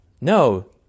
No